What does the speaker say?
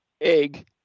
egg